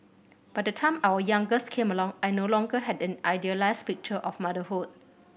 by the time our youngest came along I no longer had an idealised picture of motherhood